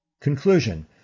Conclusion